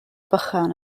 bychan